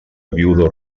viudo